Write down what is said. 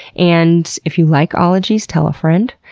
and if you like ologies, tell a friend.